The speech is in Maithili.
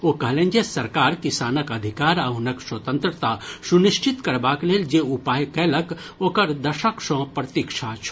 ओ कहलनि जे सरकार किसानक अधिकार आ हुनक स्वतंत्रता सुनिश्चित करबाक लेल जे उपाय कयलक ओकर दशक सँ प्रतिक्षा छल